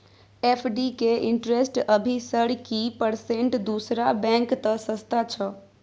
FD के interest अभी sir की परसेंट दूसरा बैंक त सस्ता छः?